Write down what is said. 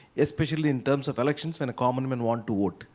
especially in terms of elections when the common man wants to vote.